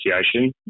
Association